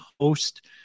host